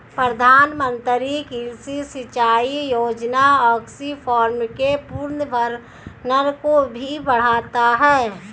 प्रधानमंत्री कृषि सिंचाई योजना एक्वीफर्स के पुनर्भरण को भी बढ़ाता है